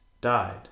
died